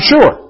sure